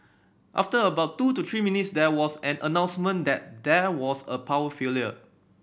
after about two to three minutes there was an announcement that there was a power failure